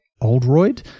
Oldroyd